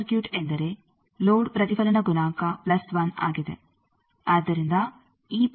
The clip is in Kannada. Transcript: ಓಪೆನ್ ಸರ್ಕ್ಯೂಟ್ ಎಂದರೆ ಲೋಡ್ ಪ್ರತಿಫಲನ ಗುಣಾಂಕ ಪ್ಲಸ್ 1 ಆಗಿದೆ